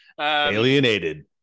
Alienated